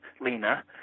Lena